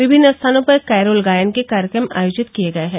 विभिन्न स्थानों पर कैरोल गायन के कार्यक्रम आयोजित किये गये हैं